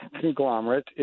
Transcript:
conglomerate